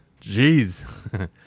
Jeez